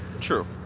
True